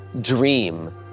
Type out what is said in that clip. dream